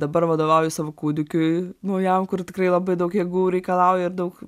dabar vadovauju savo kūdikiui naujam kur tikrai labai daug jėgų reikalauja ir daug